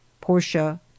PORTIA